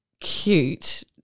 cute